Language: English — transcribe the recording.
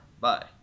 Bye